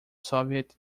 soviet